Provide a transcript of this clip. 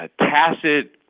tacit